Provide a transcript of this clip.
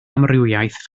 amrywiaeth